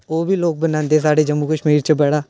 ओह् बी लोक बनांदे साढ़े जम्मू कश्मीर च बड़ा